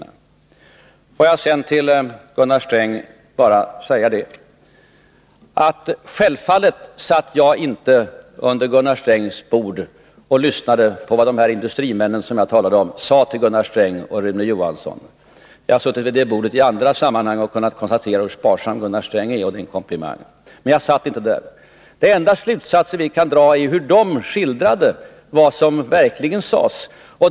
Låt mig sedan bara säga till Gunnar Sträng att jag självfallet inte satt under Gunnar Strängs bord och lyssnade på vad dessa industrimän, som jag talade om, sade till Gunnar Sträng och Rune Johansson. Jag har suttit vid det bordet i andra sammanhang och kunnat konstatera hur sparsam Gunnar Sträng är — det är en komplimang. Men denna gång satt jag inte där. Det enda vi kan dra några slutsatser av är dessa industrimäns skildring av vad som verkligen sades.